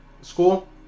school